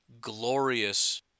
glorious